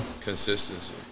consistency